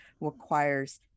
requires